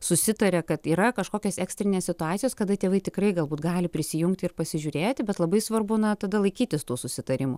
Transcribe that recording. susitaria kad yra kažkokios ekstrinės situacijos kada tėvai tikrai galbūt gali prisijungti ir pasižiūrėti bet labai svarbu na tada laikytis tų susitarimų